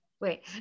wait